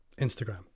Instagram